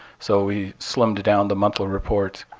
so we slimmed down the monthly report,